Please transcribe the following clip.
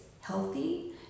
healthy